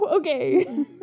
Okay